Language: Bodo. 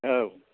औ